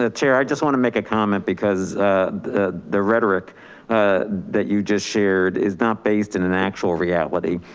ah chair i just wanna make a comment because the rhetoric that you just shared is not based in an actual reality.